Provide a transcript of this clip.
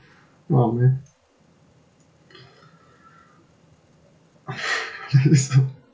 !wow! man it's so